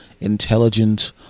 intelligent